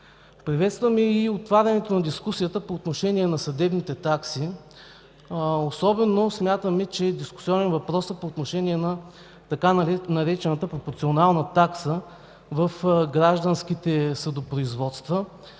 Приветстваме и отварянето на дискусията по отношение на съдебните такси. Смятаме, че е дискусионен въпросът по така наречената „пропорционална такса” в гражданските съдопроизводства,